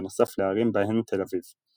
בנוסף לערים בהן תל אביב.